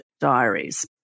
Diaries